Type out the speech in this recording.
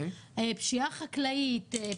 פשיעה חקלאית,